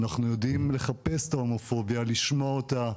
אנחנו יודעים לחפש את ההומופוביה ולשמוע אותה,